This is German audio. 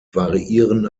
variieren